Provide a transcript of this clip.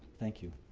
thank you.